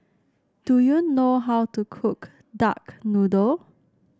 do you know how to cook Duck Noodle